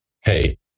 hey